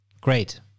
Great